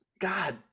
God